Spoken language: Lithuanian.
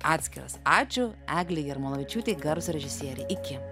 atskiras ačiū eglei jarmalavičiūtei garso režisieriai iki